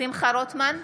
שמחה רוטמן,